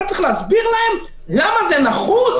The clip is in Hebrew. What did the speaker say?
אתה צריך להסביר להם למה זה נחוץ?